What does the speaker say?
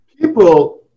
People